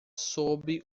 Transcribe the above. sob